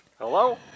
Hello